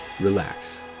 relax